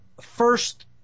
first